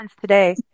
Today